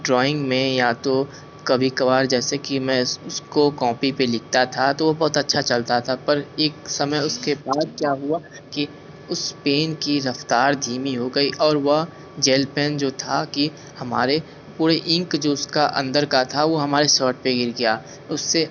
drawing में या तो कभी कभार जैसे कि में इसको कॉपी पे लिखता था तो वो बहुत अच्छा चलता था पर एक समय उसके बाद क्या हुआ कि उस पेन की रफ्तार धीमी हो गई और वह जेल पेन जो था कि हमारे पूरे इंक जो उसका अंदर का था वो हमारे शर्ट पर गिर गया उससे